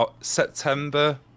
September